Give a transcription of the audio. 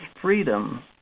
freedom